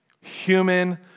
human